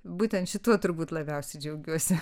būtent šituo turbūt labiausiai džiaugiuosi